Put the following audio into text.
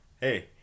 Hey